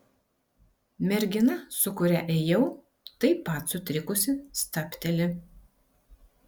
mergina su kuria ėjau taip pat sutrikusi stabteli